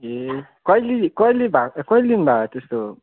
ए कहिलेदेखि कहिले भएको ए कहिलेदेखि भएको त्यस्तो